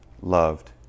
loved